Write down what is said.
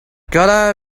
gotta